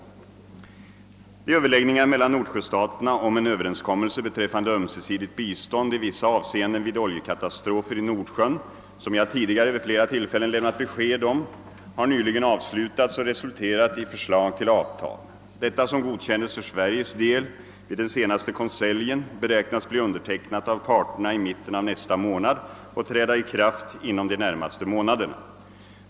De överläggningar mellan Nordsjöstaterna om en överenskommelse beträffande ömsesidigt bistånd i vissa avseenden vid oljekatastrofer i Nordsjön som jag tidigare vid flera tillfällen lämnat besked om har nyligen avslutats och resulterat i förslag till avtal. Detta som godkändes för Sveriges del vid den senaste konseljen beräknas bli undertecknat av parterna i mitten av nästa månad och träda i kraft inom de närmaste månaderna.